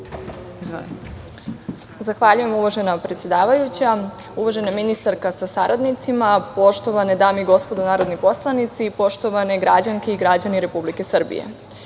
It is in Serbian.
Zahvaljujem uvažena predsedavajuća. Uvaženi ministarka sa saradnicima, poštovane dame i gospodo narodni poslanici i poštovane građanke i građani Republike Srbije,